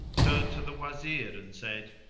turned to the wazir and said,